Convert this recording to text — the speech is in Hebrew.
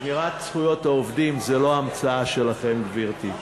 שמירת זכויות העובדים זה לא המצאה שלכם, גברתי.